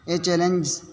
یہ چیلنجز